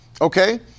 Okay